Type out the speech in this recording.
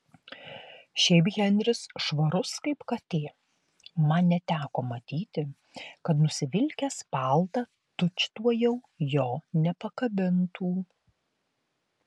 šiaip henris švarus kaip katė man neteko matyti kad nusivilkęs paltą tučtuojau jo nepakabintų